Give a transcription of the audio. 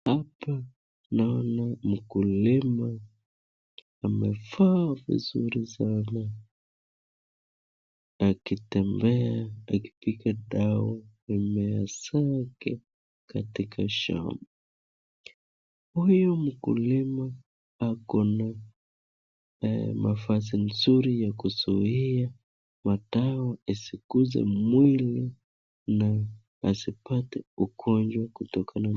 Hapa ninaona mkulima amevaa vizuri sana, akitembea akipiga dawa mimea zake katika shamba, huyu mkulima akona mavazi nzuri ya kuzuia madawa isiguze mwili na asipate ugonjwa kutokana nayo.